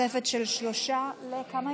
תוספת של שלושה, לכמה?